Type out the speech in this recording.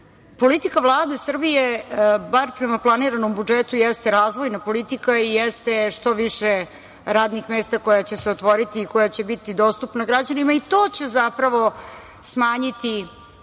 politika Vlade Srbije, bar prema planiranom budžetu, jeste razvojna politika i jeste što više radnih mesta koja će se otvoriti i koja će biti dostupna građanima i to će zapravo smanjiti